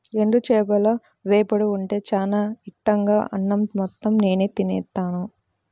ఎండు చేపల వేపుడు ఉంటే చానా ఇట్టంగా అన్నం మొత్తం నేనే తినేత్తాను